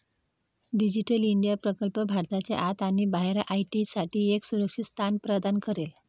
digital India प्रकल्प भारताच्या आत आणि बाहेर आय.टी साठी एक सुरक्षित स्थान प्रदान करेल